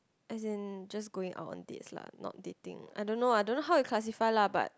as in just going out on dates lah not dating I don't know I don't know how you classify lah but